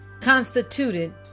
constituted